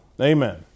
Amen